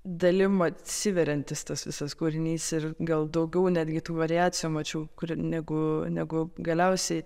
dalim atsiveriantis tas visas kūrinys ir gal daugiau netgi tų variacijų mačiau kur negu negu galiausiai